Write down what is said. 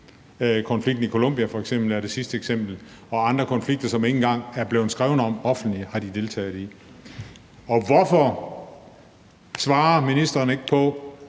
Konflikten i Colombia er det sidste eksempel, og der er andre konflikter, der ikke engang er blevet skrevet om offentligt, som de har deltaget i. Hvorfor svarer ministeren ikke på,